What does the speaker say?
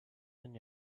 than